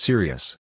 Serious